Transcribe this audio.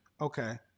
Okay